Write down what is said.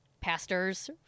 pastors